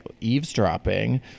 eavesdropping